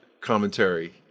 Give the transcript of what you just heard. commentary